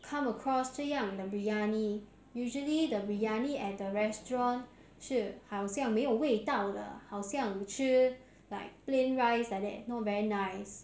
come across 这样的 biryani usually the biryani at the restaurant 是好像没有味道的好像吃 like plain rice like that no very nice